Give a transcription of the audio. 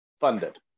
funded